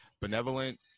benevolent